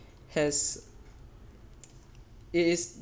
has it is